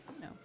no